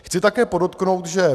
Chci také podotknout, že...